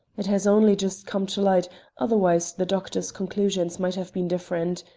it has only just come to light otherwise, the doctors' conclusions might have been different.